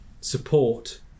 support